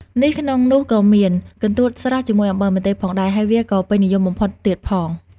នេះក្នុងនោះក៏មាន កន្ទួតស្រស់ជាមួយអំបិលម្ទេស ផងដែរ ហើយវាក៏ពេញនិយមបំផុតទៀតផង។